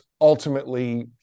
ultimately